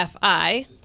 FI